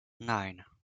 nine